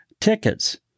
tickets